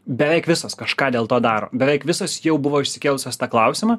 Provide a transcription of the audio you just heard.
beveik visos kažką dėl to daro beveik visos jau buvo išsikėlusios tą klausimą